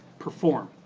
perform.